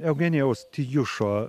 eugenijaus tijušo